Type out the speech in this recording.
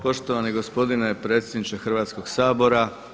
Poštovani gospodine predsjedniče Hrvatskog sabora.